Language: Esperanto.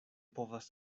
povas